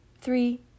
three